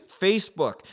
Facebook